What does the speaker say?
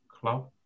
club